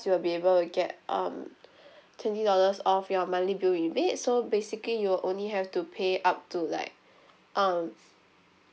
you will be able to get um twenty dollars off your monthly bill rebate so basically you only have to pay up to like um